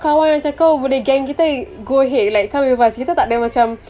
kawan macam kau boleh gang dengan kita go ahead like come advice kita takde macam